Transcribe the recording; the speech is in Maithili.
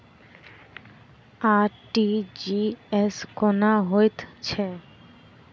आर.टी.जी.एस कोना होइत छै?